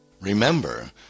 Remember